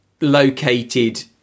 located